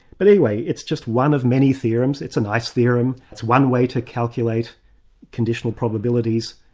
but anyway it's just one of many theorems, it's a nice theorem, it's one way to calculate conditional probabilities.